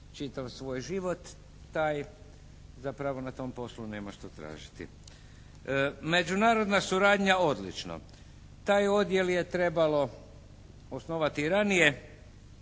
čitav svoj život taj zapravo na tom poslu nema što tražiti. Međunarodna suradnja, odlično. Taj odjel je trebalo osnovati ranije.